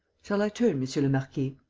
shall i turn, monsieur le marquis?